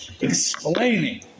explaining